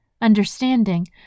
Understanding